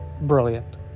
brilliant